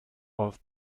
auf